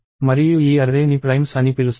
మరియు ఈ అర్రే ని ప్రైమ్స్ అని పిలుస్తారు